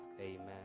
Amen